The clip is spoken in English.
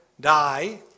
die